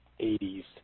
80s